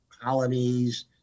colonies